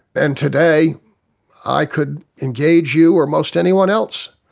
and today i could engage you or most anyone else,